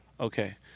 okay